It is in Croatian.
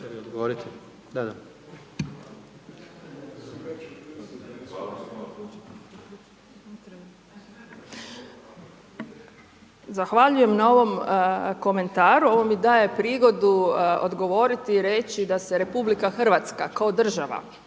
Zahvaljujem na ovom komentaru, ovo mi daje prigodu odgovoriti i reći da se RH kao država,